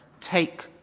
Take